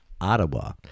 Ottawa